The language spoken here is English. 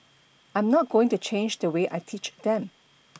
I'm not going to change the way I teach them